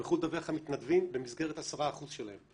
שהן יוכלו לדווח על מתנדבים במסגרת ה-10% שלהן,